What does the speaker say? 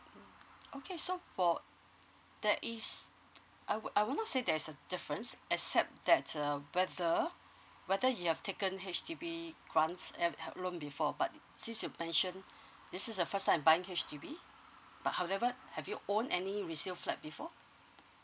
okay so for there is I would I would not say there's a difference except that um whether whether you have taken H_D_B grants um help loan before but since you mentioned this is the first time you're buying H_D_B but however have you own any resale flat before